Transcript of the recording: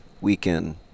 weekend